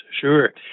sure